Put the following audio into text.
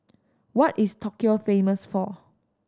what is Tokyo famous for